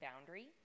boundary